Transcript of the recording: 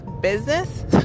business